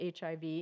HIV